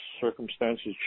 circumstances